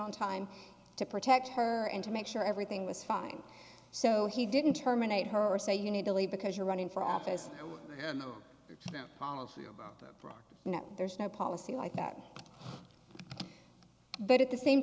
on time to protect her and to make sure everything was fine so he didn't terminate her or say you need to leave because you're running for office there's no policy like that but at the same